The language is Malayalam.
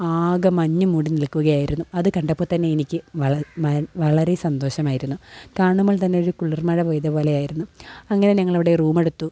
ആകെ മഞ്ഞ് മൂടി നിൽക്കുകയായിരുന്നു അത് കണ്ടപ്പോള്ത്തന്നെയെനിക്ക് വളരെ സന്തോഷമായിരുന്നു കാണുമ്പോൾത്തന്നെയൊരു കുളിർ മഴ പെയ്ത പോലെയായിരുന്നു അങ്ങനെ ഞങ്ങളവിടെ റൂമെടുത്തു